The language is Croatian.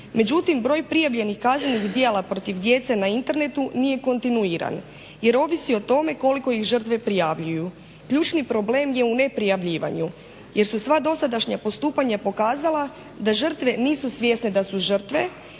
Međutim, broj prijavljenih kaznenih djela protiv djece na internetu nije kontinuiran jer ovisi o tome koliko ih žrtve prijavljuju. Ključni problem je u neprijavljivanju jer su sva dosadašnja postupanja pokazala da žrtve nisu svjesne da su žrtve